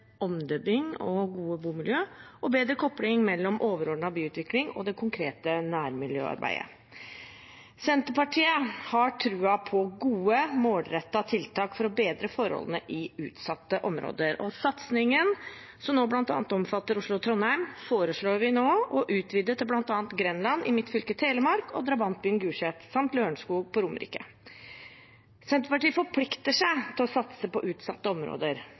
og gode bomiljø, og bedre kobling mellom overordnet byutvikling og det konkrete nærmiljøarbeidet. Senterpartiet har tro på gode, målrettede tiltak for å bedre forholdene i utsatte områder, og satsingen, som nå bl.a. omfatter Oslo og Trondheim, foreslår vi nå å utvide til bl.a. Grenland i mitt fylke Telemark, og drabantbyen Gulset samt Lørenskog på Romerike. Senterpartiet forplikter seg til å satse på utsatte områder.